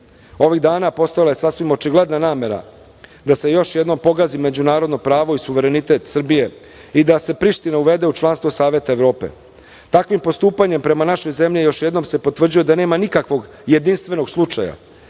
dana postojala je sasvim očigledna namera da se još jednom pogazi međunarodno pravo i suverenitet Srbije i da se Priština uvede u članstvo Saveta Evrope. Takvim postupanjem prema našoj zemlji još jednom se potvrđuje da nema nikakvog jedinstvenog slučaja